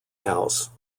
house